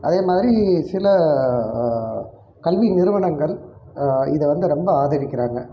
அதேமாதிரி சில கல்வி நிறுவனங்கள் இதை வந்து ரொம்ப ஆதரிக்கிறாங்க